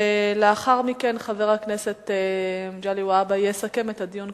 ולאחר מכן חבר הכנסת מגלי והבה יסכם את הדיון,